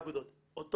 לאגודות כמו שהיה.